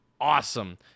awesome